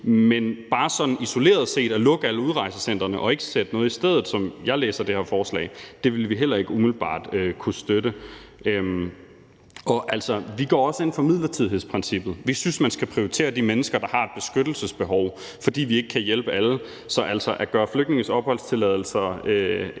Men bare sådan isoleret set at lukke alle udrejsecentrene og ikke sætte noget i stedet – det er sådan, jeg læser det her forslag – vil vi heller ikke umiddelbart kunne støtte. Vi går også ind for midlertidighedsprincippet. Vi synes, man skal prioritere de mennesker, der har et beskyttelsesbehov, fordi vi ikke kan hjælpe alle. Slet ikke at inddrage flygtninges opholdstilladelser